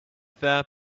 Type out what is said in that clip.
there